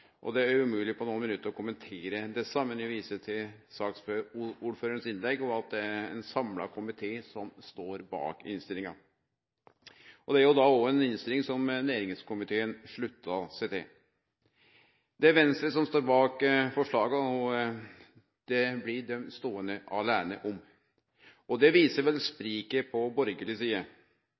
og det er umogleg på nokre minutt å kommentere desse, men eg viser til saksordførarens innlegg, og at det er ein samla komité som står bak innstillinga. Det er ei innstilling som òg næringskomiteen slutta seg til. Det er Venstre som står bak forslaga, og dei blir ståande aleine om dei. Det viser vel spriket på borgarleg side.